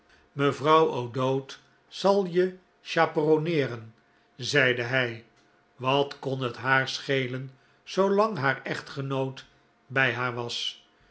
mevrouw o'dowd zal je chaperonneeren zeide hij wat kon het haar schelen zoolang haar echtgenoot bij haar was